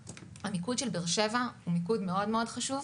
המיקוד של באר שבע הוא מיקוד מאוד חשוב.